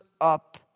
up